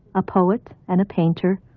a poet and a painter,